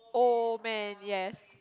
old man yes